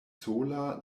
sola